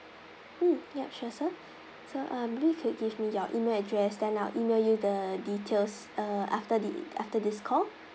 mm ya sure sir so um maybe you can give me your email address then I'll email you the details uh after the after this call